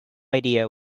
idea